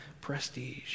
prestige